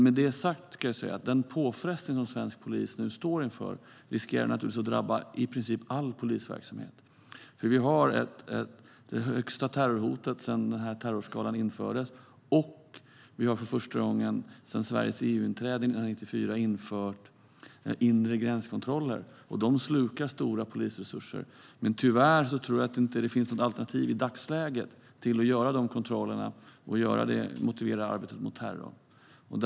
Med det sagt: Den påfrestning svensk polis nu står inför riskerar naturligtvis att drabba i princip all polisverksamhet. Vi har det högsta terrorhotet sedan terrorskalan infördes, och vi har för första gången sedan Sveriges EU-inträde 1994 infört inre gränskontroller. De slukar stora polisresurser. Tyvärr tror jag inte att det i dagsläget finns något alternativ till att göra dessa kontroller, vilket vi gör med arbetet mot terror som motivering.